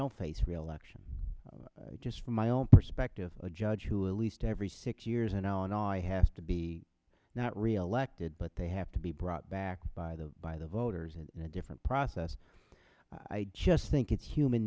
don't face reelection just from my own perspective a judge who at least every six years now and i have to be not reelected but they have to be brought back by the by the voters in a different process i just think it's human